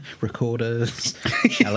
Recorders